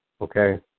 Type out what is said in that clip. okay